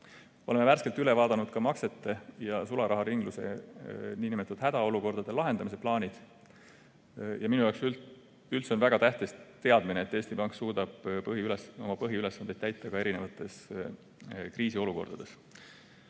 Oleme värskelt üle vaadanud ka maksete ja sularaharingluse nn hädaolukordade lahendamise plaanid. Ja minu jaoks on üldse väga tähtis teadmine, et Eesti Pank suudab oma põhiülesandeid täita ka erinevates kriisiolukordades.